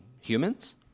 humans